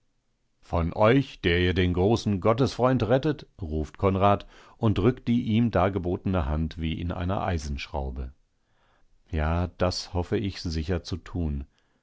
von euch der ihr den großen gottesfreund rettet ruft konrad und drückt die ihm dargebotene hand wie in einer eisenschraube ja das hoffe ich sicher zu tun